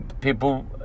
people